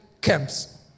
camps